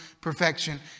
perfection